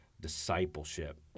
discipleship